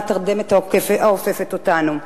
מהתרדמת האופפת אותנו.